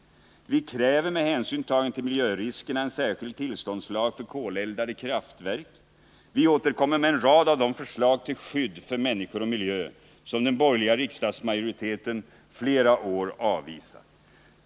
Vi kräver med hänsyn tagen till miljöriskerna en särskild tillståndslag för koleldade kraftverk. Vi återkommer med en rad av de förslag till skydd för människor och miljö som den borgerliga riksdagsmajoriteten flera år har avvisat.